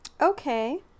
Okay